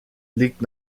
liegt